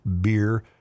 beer